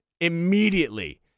immediately